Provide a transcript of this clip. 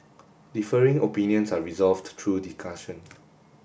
differing opinions are resolved through discussion